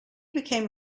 became